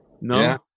No